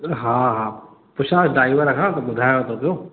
हा हा पुछासि ड्राइवर खां त ॿुधायांव थो पियो